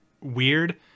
weird